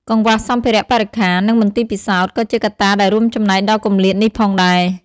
កង្វះសម្ភារៈបរិក្ខារ និងមន្ទីរពិសោធន៍ ក៏ជាកត្តាដែលរួមចំណែកដល់គម្លាតនេះផងដែរ។